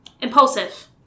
impulsive